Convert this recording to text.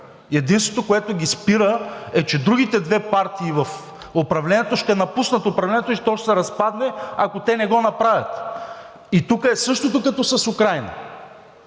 единственото, което ги спира, е, че другите две партии в управлението ще напуснат управлението и то ще се разпадне, ако те не го направят. Тук е същото като с Украйна